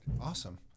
Awesome